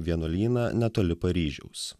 vienuolyną netoli paryžiaus